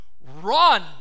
Run